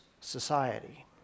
society